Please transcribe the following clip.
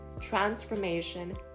transformation